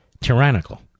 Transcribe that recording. tyrannical